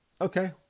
Okay